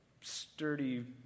sturdy